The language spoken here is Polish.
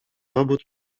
robót